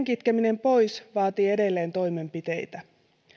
kitkeminen pois vaatii edelleen toimenpiteitä